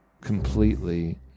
completely